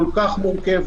כל כך מורכבת,